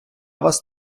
вас